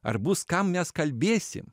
ar bus kam mes kalbėsim